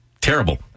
Terrible